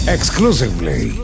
Exclusively